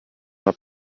alla